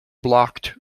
blocked